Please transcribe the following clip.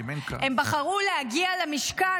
הם בחרו להגיע למשכן,